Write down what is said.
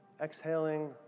Exhaling